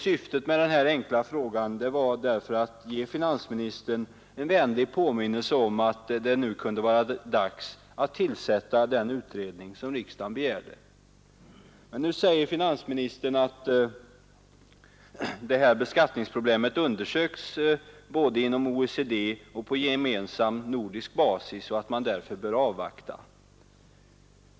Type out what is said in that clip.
Syftet med denna enkla fråga var därför att ge finansministern en vänlig påminnelse om att det nu kunde vara dags att tillsätta den utredning som riksdagen begärt. Nu säger finansministern att detta beskattningsproblem undersöks inom OECD och på gemensam nordisk basis och att man därför bör avvakta.